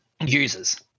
Users